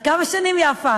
יפה,